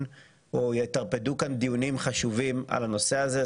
או יטרפדו כאן דיונים חשובים על הנושא הזה.